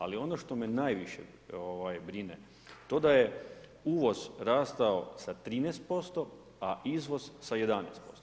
Ali ono što me najviše brine, to da je uvoz rastao sa 13% a izvoz sa 11%